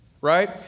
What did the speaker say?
Right